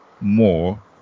more